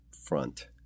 front